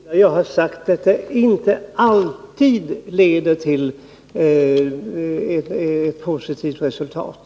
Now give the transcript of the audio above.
Herr talman! Det enda jag har sagt är att tidig diagnostik inte alltid leder till ett positivt resultat.